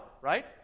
right